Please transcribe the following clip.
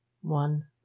one